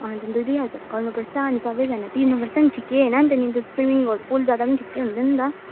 अन्त दुई दुई हजार गर्नुपर्छ अनि सबैजना तिर्नुपर्छ नि ठिकै होइन त्यहाँनिरको स्विमिङहरू पुल जाँदा नि ठिकै हुन्छ नि त